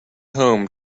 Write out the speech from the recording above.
home